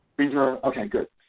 these are okay good.